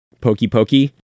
pokey-pokey